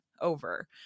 over